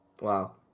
Wow